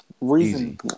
Reason